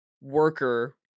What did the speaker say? worker